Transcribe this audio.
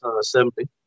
Assembly